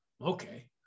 Okay